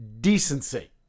decency